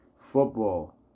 Football